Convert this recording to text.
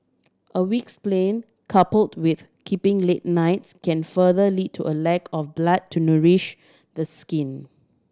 a weak spleen coupled with keeping late nights can further lead to a lack of blood to nourish the skin